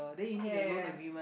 ya ya ya